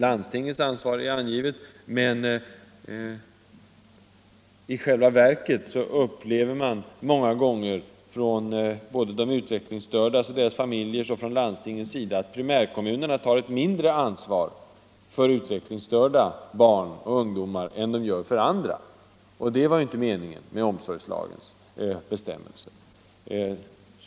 Landstingets ansvar är angivet, men de utvecklingsstörda själva, barnfamiljerna och landstingen upplever det i åtskilliga fall så att primärkommunerna tar ett mindre ansvar för utvecklingsstörda barn och ungdomar än för de andra, och det var inte meningen med omsorgslagens bestämmelser.